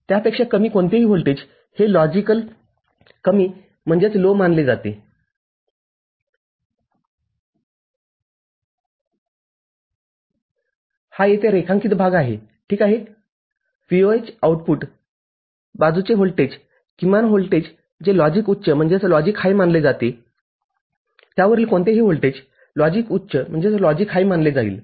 त्यापेक्षा कमी कोणतेही व्होल्टेज हे लॉजिकल कमी मानले जाते हा येथे रेखांकित भाग आहे ठीक आहे VOH आउटपुट बाजूचे व्होल्टेजकिमान व्होल्टेज जे लॉजिक उच्च मानले जाते त्यावरील कोणतेही व्होल्टेज लॉजिक उच्च मानले जाईल